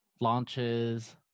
launches